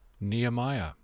Nehemiah